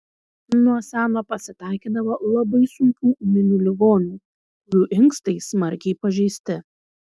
nuo seno pasitaikydavo labai sunkių ūminių ligonių kurių inkstai smarkiai pažeisti